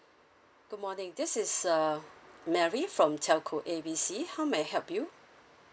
good morning this is uh mary from telco A B C how may I help you